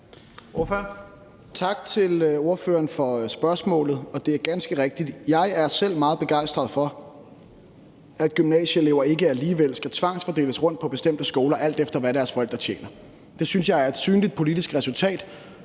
Dahlin (V): Tak for spørgsmålet, og det er ganske rigtigt, at jeg selv er meget begejstret for, at gymnasieelever alligevel ikke skal tvangsfordeles rundt på bestemte skoler, alt efter hvad deres forældre tjener. Det synes jeg er et synligt politisk resultat,